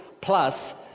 plus